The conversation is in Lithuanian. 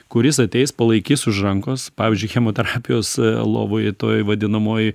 kuris ateis palaikys už rankos pavyzdžiui chemoterapijos lovoj toj vadinamoj